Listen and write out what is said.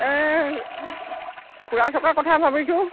এই ফুৰা চকাৰ কথা ভাবিছোঁ